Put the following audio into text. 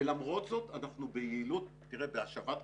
ולמרות זאת, אנחנו ביעילות - בהשבת קולחים,